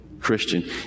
Christian